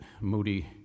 Moody